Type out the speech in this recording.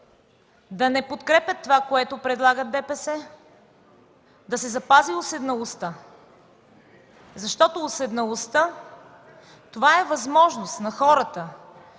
да не подкрепят това, което предлага ДПС, да се запази уседналостта. Защото уседналостта е възможност на хората,